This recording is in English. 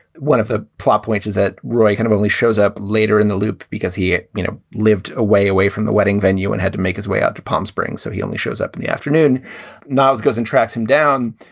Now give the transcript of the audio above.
one of the plot points is that roy kind of only shows up later in the loop because he, you know, lived away away from the wedding venue and had to make his way out to palm springs. so he only shows up in the afternoon now goes and tracks him down.